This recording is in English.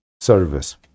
service